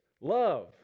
love